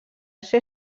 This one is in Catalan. ser